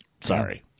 Sorry